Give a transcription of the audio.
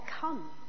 come